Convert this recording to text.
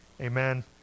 amen